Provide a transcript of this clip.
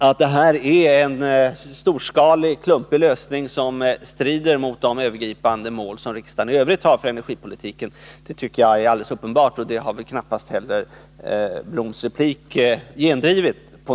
Att detta är en storskalig, klumpig lösning som strider mot de övergripande mål som riksdagen i övrigt har för energipolitiken tycker jag är alldeles uppenbart, och det har knappast Lennart Bloms replik gendrivit.